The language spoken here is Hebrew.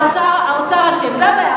אז האוצר אשם, זאת הבעיה.